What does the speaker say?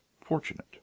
fortunate